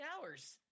hours